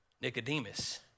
Nicodemus